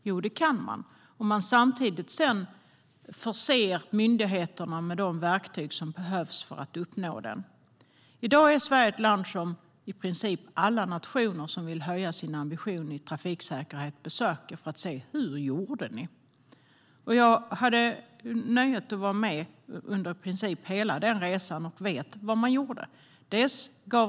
Jo, det kan man, om man samtidigt förser myndigheterna med de verktyg som behövs för att uppnå det. I dag är Sverige ett land som i princip alla nationer som vill höja sina ambitioner i trafiksäkerhet besöker för att se: Hur gjorde ni? Jag hade nöjet att vara med under i princip hela den resan och vet vad man gjorde.